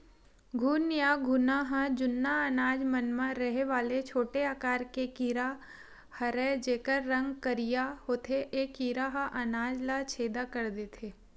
घुन या घुना ह जुन्ना अनाज मन म रहें वाले छोटे आकार के कीरा हरयए जेकर रंग करिया होथे ए कीरा ह अनाज ल छेंदा कर देथे